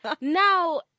now